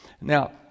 Now